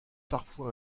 parfois